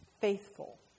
faithful